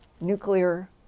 nuclear